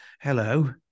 Hello